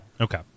Okay